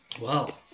wow